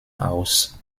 aus